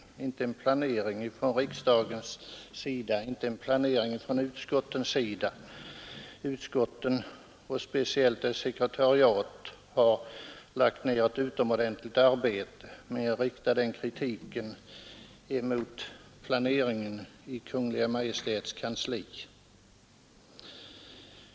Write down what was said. Det gäller inte planeringen från riksdagens och utskottens sida. Utskotten, och speciellt deras sekretariat, har lagt ned ett utomordentligt arbete. Men jag riktar den kritiken mot planeringen i Kungl. Maj:ts kansli.